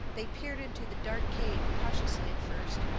they peered into the dark cave cautiously at first.